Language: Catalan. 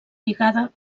lligada